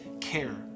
care